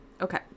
Okay